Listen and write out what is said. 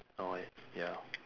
no eh ya